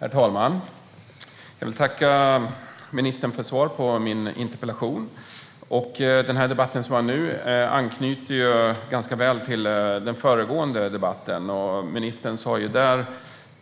Herr talman! Jag vill tacka ministern för svaret på min interpellation. Den här debatten knyter ganska väl an till den föregående. Där sa ministern